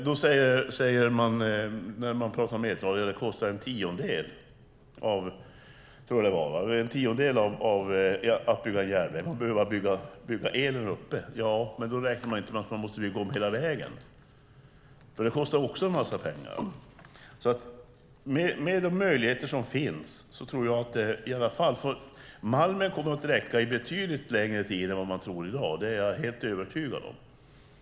Då säger man att det kostar en tiondel - tror jag att det var - av vad det kostar att bygga en järnväg. Men då räknar man inte med att man måste bygga om hela vägen; det kostar också en massa pengar. Malmen kommer att räcka under betydligt längre tid än vad man tror i dag. Det är jag helt övertygad om.